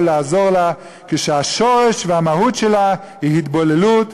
לעזור לה כשהשורש והמהות שלה הם התבוללות,